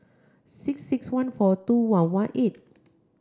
six six one four two one one eight